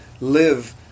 live